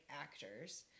actors